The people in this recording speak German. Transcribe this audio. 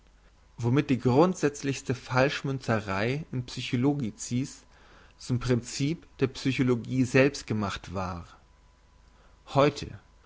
womit die grundsätzlichste falschmünzerei in psychologicis zum princip der psychologie selbst gemacht war heute